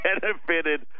benefited